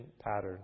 pattern